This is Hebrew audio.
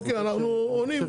אוקיי, אנחנו עונים.